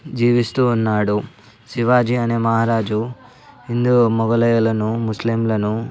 జీవిస్తూ ఉన్నాడు శివాజీ అనే మహారాజు హిందూ మొగలాయులను ముస్లింలను